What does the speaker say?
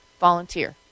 volunteer